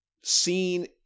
seen